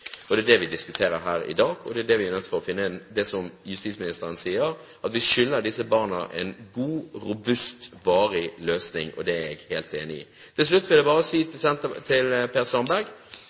Det er dette vi diskuterer her i dag. Som justisministeren sier, vi skylder disse barna en god, robust og varig løsning. Det er jeg helt enig i. Til slutt vil jeg bare si til Per Sandberg,